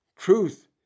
Truth